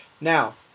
Now